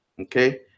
okay